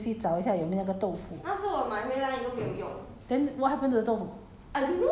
敷 ya lah 所以我明天 打算去 N_T_U_C 找一下有没有那个豆腐